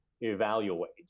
evaluate